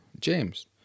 James